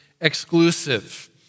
exclusive